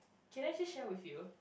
can I just share with you